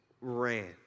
ran